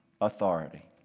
authority